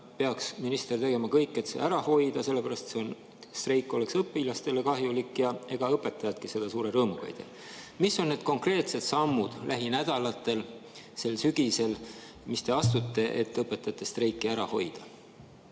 peaks minister tegema kõik, et see ära hoida, sellepärast et streik oleks õpilastele kahjulik ja ega õpetajadki seda suure rõõmuga ei tee. Mis on need konkreetsed sammud lähinädalatel sel sügisel, mis te astute, et õpetajate streiki ära hoida?